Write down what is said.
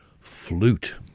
Flute